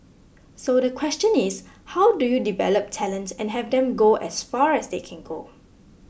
so the question is how do you develop talent and have them go as far as they can go